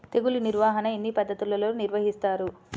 తెగులు నిర్వాహణ ఎన్ని పద్ధతులలో నిర్వహిస్తారు?